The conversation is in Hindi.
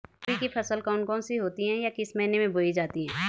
रबी की फसल कौन कौन सी होती हैं या किस महीने में बोई जाती हैं?